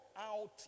out